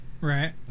Right